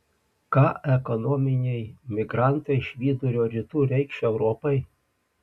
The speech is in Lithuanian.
ką ekonominiai migrantai iš vidurio rytų reikš europai